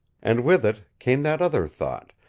and with it came that other thought,